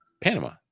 Panama